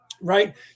Right